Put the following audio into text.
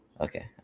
Okay